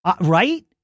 right